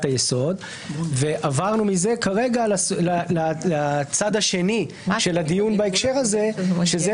היסוד ומזה עברנו לצד השני של הדיון בהקשר הזה שאלה